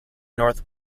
north